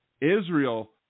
Israel